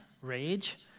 rage